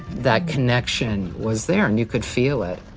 that connection was there and you could feel it.